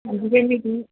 ਹਾਂਜੀ